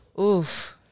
Oof